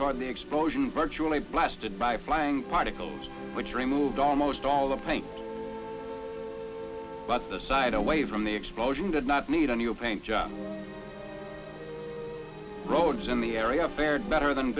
rd the explosion virtually blasted by flying particles which removed almost all the pain but the side away from the explosion did not need a new paint job roads in the area fared better than